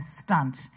stunt